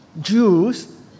Jews